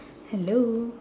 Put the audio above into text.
hello